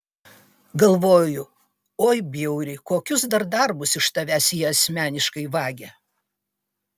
galvoju oi bjauri kokius dar darbus iš tavęs jie asmeniškai vagia